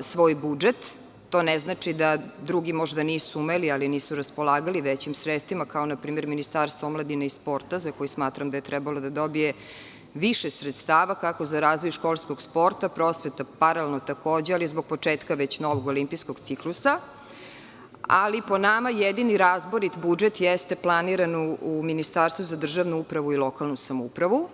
svoj budžet, to ne znači da drugi možda nisu umeli, ali nisu raspolagali većim sredstvima, kao npr. Ministarstvo omladine i sporta za koje smatram da je trebalo da dobije više sredstava, kako za razvoj školskog sporta, prosveta paralelno takođe, ali zbog početka novog olimpijskog ciklusa, ali po nama jedini razborit budžet jeste planiran u Ministarstvu za državnu upravu i lokalnu samoupravu.